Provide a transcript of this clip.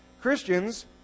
Christians